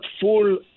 full